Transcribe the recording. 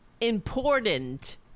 important